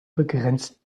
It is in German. begrenzt